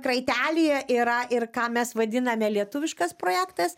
kraitelyje yra ir ką mes vadiname lietuviškas projektas